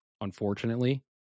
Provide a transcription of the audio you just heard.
Unfortunately